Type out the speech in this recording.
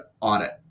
audit